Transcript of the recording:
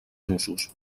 nusos